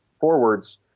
forwards